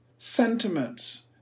Sentiments